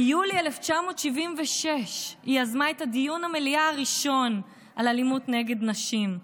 ביולי 1976 היא יזמה את דיון המליאה הראשון על אלימות נגד נשים.